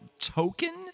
token